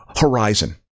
horizon